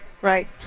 Right